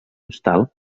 hostal